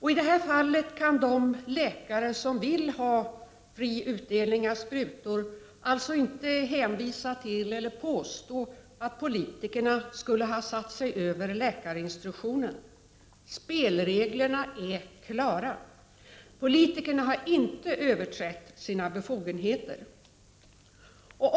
I det här fallet kan de läkare som vill ha fri utdelning av sprutor alltså inte hänvisa till eller påstå att politikerna skulle ha satt sig över läkarinstruktionen. Spelreglerna är klara. Politikerna har inte överträtt sina befogenheter.